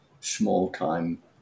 small-time